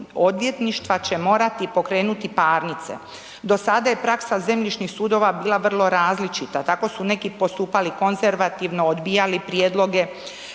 odvjetništva će morati pokrenuti parnice. Do sada je praksa zemljišnih sudova bila vrlo različita, tako su neki postupali konzervativno, odbijali prijedloge,